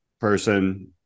person